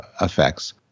effects